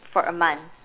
for a month